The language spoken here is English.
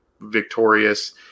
victorious